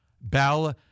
Bell